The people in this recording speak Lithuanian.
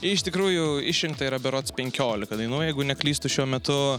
iš tikrųjų išrinkta yra berods penkiolika dainų jeigu neklystu šiuo metu